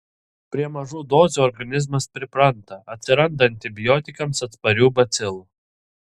prie mažų dozių organizmas pripranta atsiranda antibiotikams atsparių bacilų